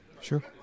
Sure